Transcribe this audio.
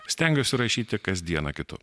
stengiuosi rašyti kasdieną kitu